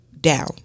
down